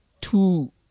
two